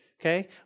Okay